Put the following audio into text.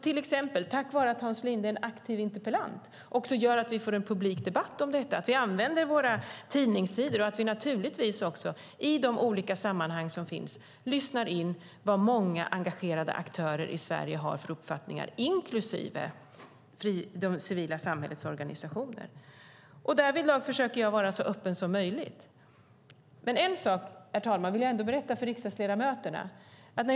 Till exempel tack vare att Hans Linde är en aktiv interpellant får vi en publik debatt om detta. Vi använder också våra tidningssidor, och naturligtvis lyssnar vi i de olika sammanhang som finns in vad många engagerade aktörer i Sverige, inklusive det civila samhällets organisationer, har för uppfattningar. Därvidlag försöker jag vara så öppen som möjligt. Herr talman! En sak vill jag ändå berätta för riksdagsledamöterna.